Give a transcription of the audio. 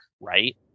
right